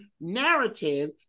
narrative